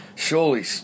Surely